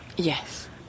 Yes